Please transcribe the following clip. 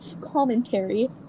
commentary